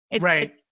Right